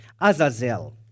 Azazel